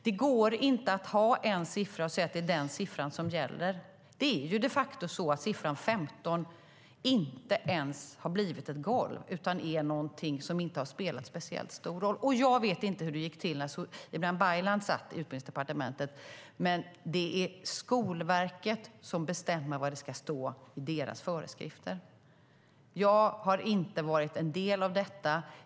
Det går inte att ha en siffra och säga att det är den siffran som gäller. Det är de facto så att siffran 15 inte ens har blivit ett golv, utan den är någonting som inte har spelat speciellt stor roll. Jag vet inte hur det gick till när Ibrahim Baylan satt i Utbildningsdepartementet, men det är Skolverket som bestämmer vad det ska stå i deras föreskrifter. Jag har inte varit en del av detta.